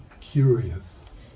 curious